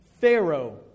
Pharaoh